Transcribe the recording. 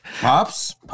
Pops